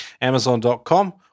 amazon.com